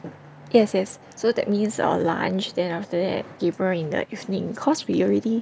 yes yes so that means our lunch then after that Gabriel in the evening cause we already